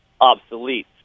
obsolete